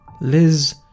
Liz